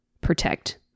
protect